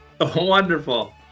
Wonderful